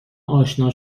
اشنا